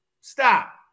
Stop